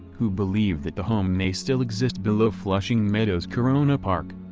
who believe that the home may still exist below flushing meadows-corona park.